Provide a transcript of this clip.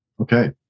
Okay